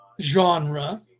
genre